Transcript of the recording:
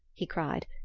he cried.